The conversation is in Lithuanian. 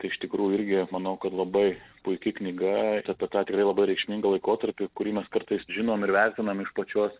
tai iš tikrųjų irgi manau kad labai puiki knyga apie tą tikrai labai reikšmingą laikotarpį kurį mes kartais žinom ir vertinam iš pačios